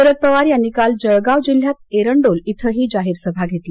शरद पवार यांनी काल जळगाव जिल्ह्यात एरंडोल इथंही जाहीर सभा घेतली